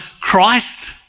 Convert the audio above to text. Christ